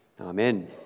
Amen